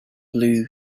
blue